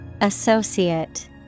Associate